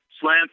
Slam